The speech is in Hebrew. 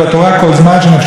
כפי שהיה עד היום.